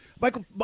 Michael